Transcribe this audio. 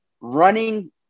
running